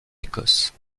écosse